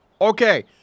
Okay